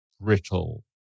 brittle